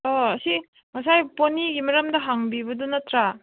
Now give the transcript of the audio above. ꯑꯥ ꯁꯤ ꯉꯁꯥꯏ ꯄꯣꯅꯤꯒꯤ ꯃꯔꯝꯗ ꯍꯪꯕꯤꯕꯗꯨ ꯅꯠꯇ꯭ꯔꯥ